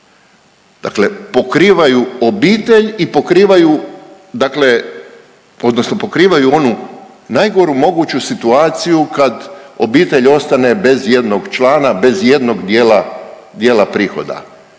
dakle pokrivaju obitelj i pokrivaju, dakle odnosno pokrivaju onu najgoru moguću situaciju kad obitelj ostane bez jednog člana, bez jednog dijela prihoda.